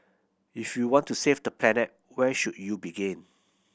if you want to save the planet where should you begin